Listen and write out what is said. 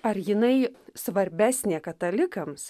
ar jinai svarbesnė katalikams